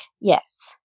Yes